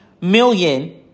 million